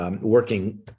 working